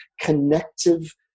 connective